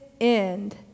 end